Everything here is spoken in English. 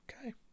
Okay